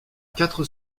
quatre